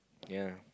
ya